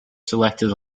selected